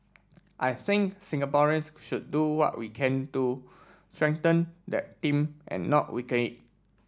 I think Singaporeans should do what we can to strengthen that team and not weaken it